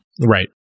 Right